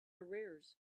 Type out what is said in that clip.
arrears